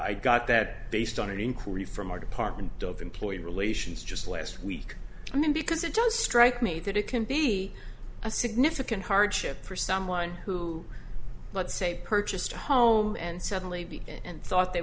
i got that based on an inquiry from our department of employee relations just last week i mean because it does strike me that it can be a significant hardship for someone who let's say purchased a home and suddenly be and thought they